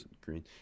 green